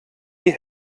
die